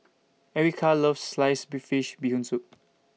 Erykah loves Sliced Bee Fish Bee Hoon Soup